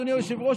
אדוני היושב-ראש,